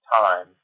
time